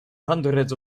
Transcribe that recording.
hundreds